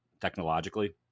technologically